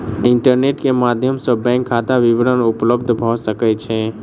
internet के माध्यम सॅ बैंक खाता विवरण उपलब्ध भ सकै छै